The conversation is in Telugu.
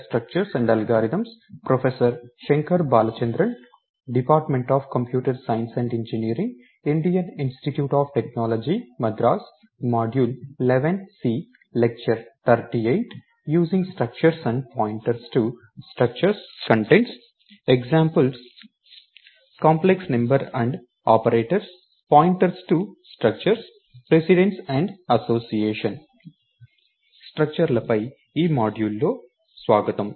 స్ట్రక్టర్ లపై ఈ మాడ్యూల్కు స్వాగతం